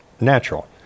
natural